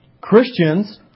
Christians